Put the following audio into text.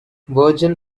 virgin